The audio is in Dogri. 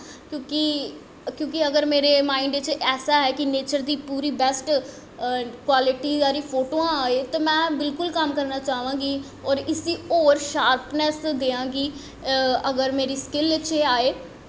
क्योंकि अगर मेरे माईंड़ च ऐसा ऐ कि नेचर दे पूरी बैस्ट कवाल्टी दी फोटोआं आए ते में बिल्कुल कम्म करना चांह् गी होर इस्सी होर शार्पनैस देआं गी अगर मेरी स्किल च एह् आए